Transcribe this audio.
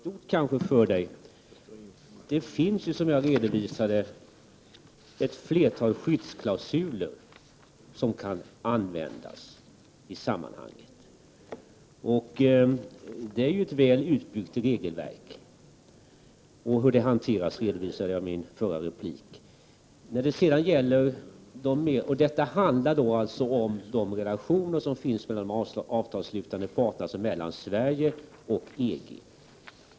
Herr talman! Problemet är kanske för stort för Krister Skånberg! Som jag redovisade finns det ett flertal skyddsklausuler som kan användas i sammanhanget. Vi har ett väl utbyggt regelverk, och hur detta hanteras redovisade jag tidigare. Det handlar om relationerna mellan de avtalsslutande parterna, dvs. mellan Sverige och EG.